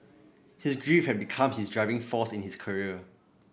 his grief had become his driving force in his career